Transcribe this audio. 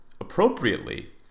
appropriately